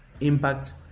impact